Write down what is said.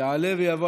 יעלה ויבוא.